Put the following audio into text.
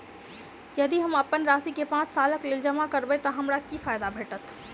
यदि हम अप्पन राशि केँ पांच सालक लेल जमा करब तऽ हमरा की फायदा भेटत?